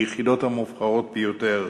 ביחידות המובחרות ביותר,